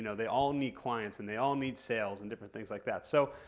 you know they all need clients and they all need sales and different things like that. so,